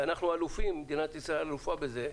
וישראל אלופה בזה.